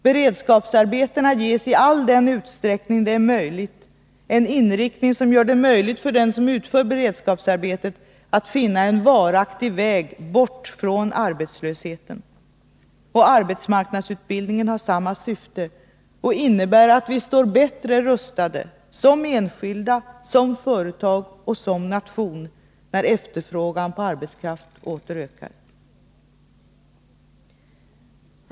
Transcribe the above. Beredskapsarbetena ges all utsträckning en inriktning som gör det möjligt för dem som utför beredskapsarbetet att finna en varaktig väg bort från arbetslösheten. Arbetsmarknadsutbildningen har samma syfte och innebär att vi står bättre rustade — som enskilda, som företag och som nation — när efterfrågan på arbetskraft åter ökar.